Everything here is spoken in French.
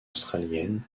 australiennes